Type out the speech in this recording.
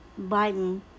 Biden